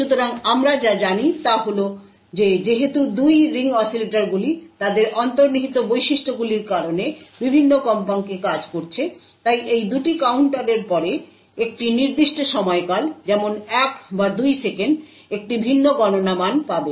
সুতরাং আমরা যা জানি তা হল যে যেহেতু 2 রিং অসিলেটরগুলি তাদের অন্তর্নিহিত বৈশিষ্ট্যগুলির কারণে বিভিন্ন কম্পাঙ্কে কাজ করছে তাই এই 2টি কাউন্টারের পরে একটি নির্দিষ্ট সময়কাল যেমন 1 বা 2 সেকেন্ড একটি ভিন্ন গণনা মান পাবে